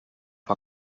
for